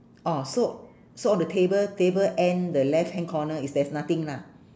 oh so so on the table table end the left hand corner is there's nothing lah